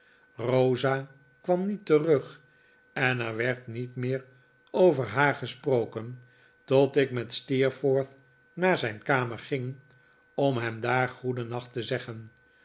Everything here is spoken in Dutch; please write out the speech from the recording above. rosa kwam niet terug en er werd niet meer over haar gesproken tot ik met steerforth naar zijn kamer ging om hem daar goedennacht te zeggen